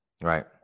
Right